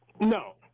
No